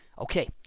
Okay